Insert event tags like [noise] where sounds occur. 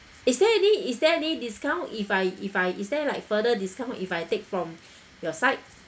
is there any is there any discount if I if I is there like further discount if I take from [breath] your side